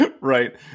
right